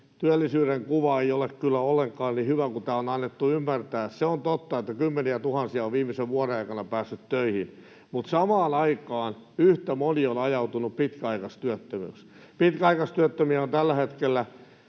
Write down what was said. työllisyyden kuva ei ole kyllä ollenkaan niin hyvä kuin täällä on annettu ymmärtää. Se on totta, että kymmeniätuhansia on viimeisen vuoden aikana päässyt töihin. Mutta samaan aikaan yhtä moni on ajautunut pitkäaikaistyöttömäksi. Pitkäaikaistyöttömiä on tällä hetkellä